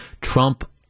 Trump